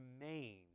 remains